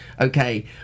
okay